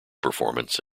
performance